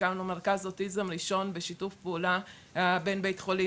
הקמנו מרכז אוטיזם ראשון בשיתוף פעולה בין בית חולים